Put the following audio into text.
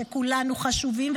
שכולנו חשובים,